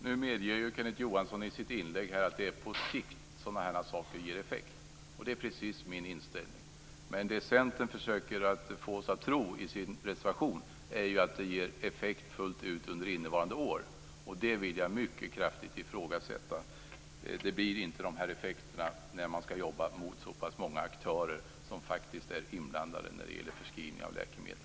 Fru talman! Nu medgav Kenneth Johansson i sitt inlägg att det är på sikt som den här typen av åtgärder ger effekt, och det är precis min inställning också. Men vad Centern försöker få oss att tro i sin reservation är ju att de ger effekt fullt ut under innevarande år, och det vill jag mycket kraftigt ifrågasätta. Det blir inte sådana effekter när man skall jobba mot så pass många aktörer som faktiskt är inblandade när det gäller förskrivning av läkemedel.